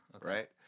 right